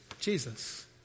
Jesus